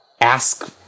ask